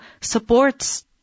supports